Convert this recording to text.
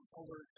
over